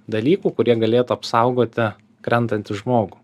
dalykų kurie galėtų apsaugoti krentantį žmogų